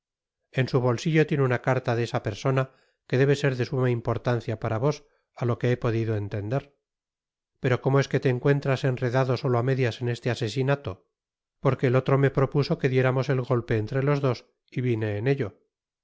en su bolsillo tiene una carta de esa persona que debe ser de suma importancia para vos á lo que he podido entender pero como es que te encuentras enredado solo á medias en este asesinato porque el otro me propuso que diéramos el golpe entre los dos y vine en ello